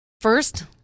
First